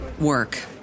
work